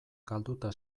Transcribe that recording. galduta